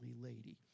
lady